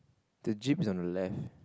the jeep on the left